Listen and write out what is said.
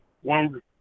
one